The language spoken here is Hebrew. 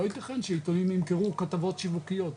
לא יתכן שעיתונים ימכרו כתבות שיווקיות,